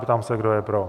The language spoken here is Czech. Ptám se, kdo je pro.